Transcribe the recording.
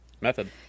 Method